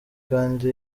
kandi